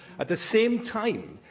at the same time,